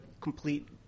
complete